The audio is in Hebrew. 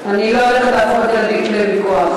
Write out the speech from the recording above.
אני לא הולכת להפוך את הדיון לוויכוח.